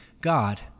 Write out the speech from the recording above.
God